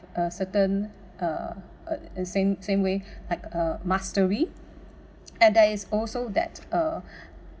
a certain uh uh in same same way like a mastery and there is also that uh